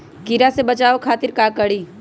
कीरा से बचाओ खातिर का करी?